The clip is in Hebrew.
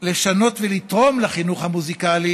לשנות ולתרום לחינוך המוזיקלי,